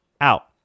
out